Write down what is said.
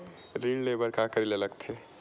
ऋण ले बर का करे ला लगथे?